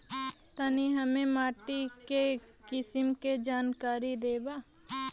तनि हमें माटी के किसीम के जानकारी देबा?